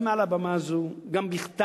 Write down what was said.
גם מעל הבמה הזאת וגם בכתב,